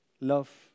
Love